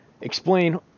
explain